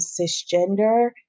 cisgender